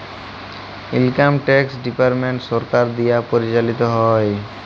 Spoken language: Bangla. ইলকাম ট্যাক্স ডিপার্টমেন্ট সরকারের দিয়া পরিচালিত হ্যয়